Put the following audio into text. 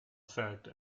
effect